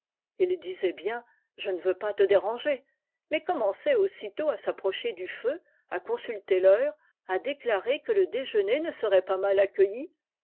ils disaient bien je ne veux pas te déranger mais commençaient aussitôt à s'approcher du feu à consulter l'heure à déclarer que le déjeuner ne serait pas mal accueilli